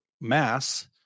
mass